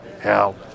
Hell